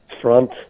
front